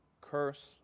curse